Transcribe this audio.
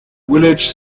village